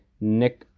Nick